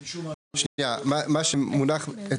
אבל משום מה אני לא רואה אותה.